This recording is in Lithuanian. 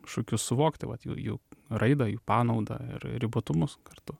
šūkiu suvokti vat jų jų raidą jų panaudą ir ribotumus kartu